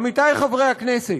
עמיתי חברי הכנסת,